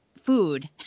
food